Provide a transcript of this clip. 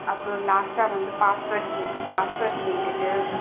அப்புறம் லாஸ்ட்டாக வந்து பாஸ்வேர்ட் கேட்கும் பாஸ்வேர்ட் கேட்டுவிட்டு